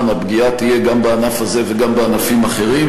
הפגיעה תהיה גם בענף הזה וגם בענפים אחרים.